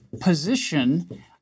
position